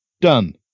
Done